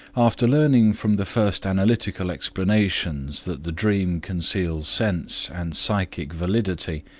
after learning from the first analytical explanations that the dream conceals sense and psychic validity,